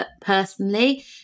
personally